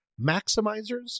maximizers